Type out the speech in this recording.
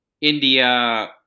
India